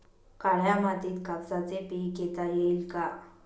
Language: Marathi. काळ्या मातीत कापसाचे पीक घेता येईल का?